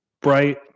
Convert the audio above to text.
bright